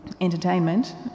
entertainment